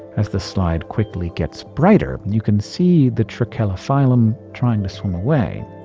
as the slide quickly gets brighter, you can see the trachelophyllum trying to swim away.